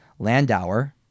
Landauer